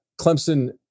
Clemson